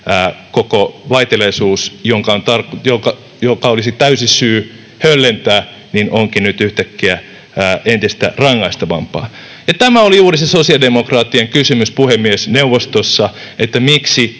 koko vaiteliaisuus, jota olisi täysi syy höllentää, onkin nyt yhtäkkiä entistä rangaistavampaa. Ja tämä oli juuri se sosiaalidemokraattien kysymys puhemiesneuvostossa, että miksi